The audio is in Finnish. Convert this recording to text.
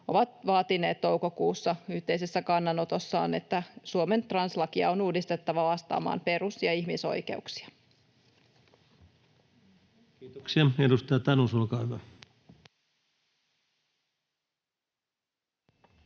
ovat vaatineet toukokuussa yhteisessä kannanotossaan, että Suomen translakia on uudistettava vastaamaan perus- ja ihmisoikeuksia. [Speech 219] Speaker: